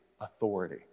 authority